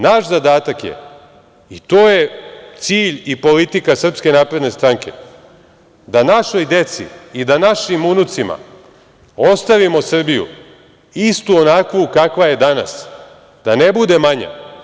Naš zadatak je, i to je cilj i politika SNS, da našoj deci i da našim unucima, ostavimo Srbiju istu onakvu kakva je danas, da ne bude manja.